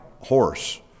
horse